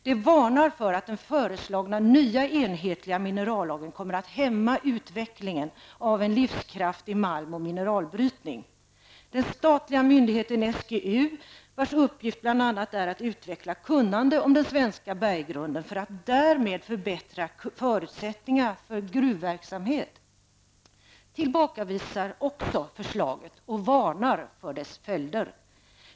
De varnar för att den föreslagna nya enhetliga minerallagen kommer att hämma utvecklingen av en livskraftig malm och mineralbrytning. är att utveckla kunnande om den svenska berggrunden för att därmed förbättra förutsättningarna för gruvverksamhet, tillbakavisar också förslaget och varnar för dess följder.